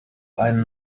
einen